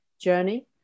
journey